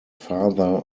father